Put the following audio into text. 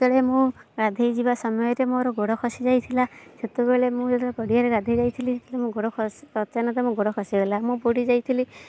ଯେତେବେଳେ ମୁଁ ଗାଧେଇ ଯିବା ସମୟରେ ମୋର ଗୋଡ଼ ଖସିଯାଇଥିଲା ସେତେବେଳେ ମୁଁ ଯେତେବେଳେ ପଡ଼ିଆରେ ଗାଧେଇ ଯାଇଥିଲି ସେତେବେଳେ ମୋ ଗୋଡ଼ ଖସି ଅଚାନକ ମୋ ଗୋଡ଼ ଖସିଗଲା ମୁଁ ବୁଡ଼ି ଯାଇଥିଲି